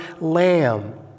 lamb